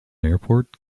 airport